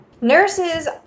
Nurses